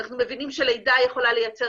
אנחנו מבינים שלידה יכולה לייצר